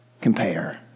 compare